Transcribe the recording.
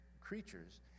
creatures